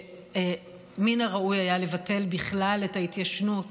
שמן הראוי היה לבטל בכלל את ההתיישנות